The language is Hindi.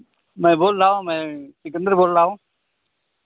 मैं बोल रहा हूँ मैं सिकंदर बोल रहा हूँ